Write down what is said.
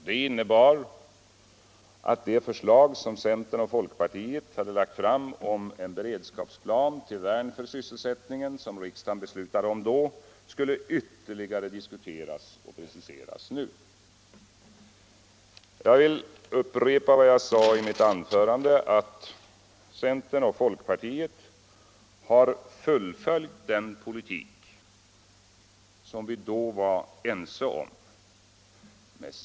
Det innebar att det förslag som centern och folkpartiet lagt fram om en be redskapsplan till värn för sysselsättningen och som riksdagen då beslutade om ytterligare skulle diskuteras och preciseras nu. Jag vill upprepa vad jag sade i mitt huvudanförande att centern och folkpartiet har fullföljt den politik som vi då var ense om.